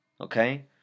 Okay